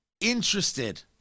interested